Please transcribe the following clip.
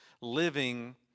living